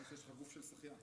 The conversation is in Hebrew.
נראה שיש לך גוף של שחיין.